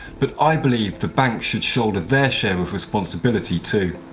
but i believe the bank should shoulder their share of responsibility, too.